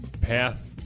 path